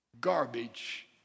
garbage